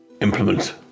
implement